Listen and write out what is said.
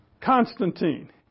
Constantine